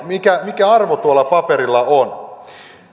mikä mikä arvo tuolla paperilla on